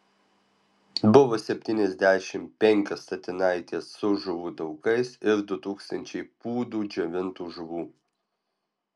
buvo septyniasdešimt penkios statinaitės su žuvų taukais ir du tūkstančiai pūdų džiovintų žuvų